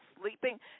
sleeping